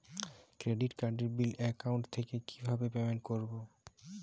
Credit কার্ডের bill account থেকে কিভাবে পেমেন্ট করবো?